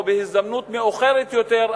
או בהזדמנות מאוחרת יותר,